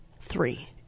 Three